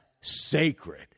sacred